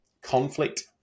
conflict